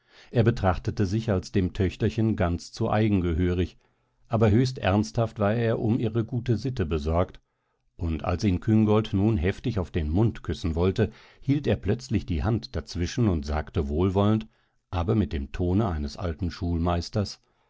er betrachtete sich als dem töchterchen ganz zu eigen gehörig aber höchst ernsthaft war er um ihre gute sitte besorgt und als ihn küngolt nun heftig auf den mund küssen wollte hielt er plötzlich die hand dazwischen und sagte wohlwollend aber mit dem tone eines alten schulmeisters